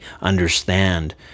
understand